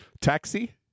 taxi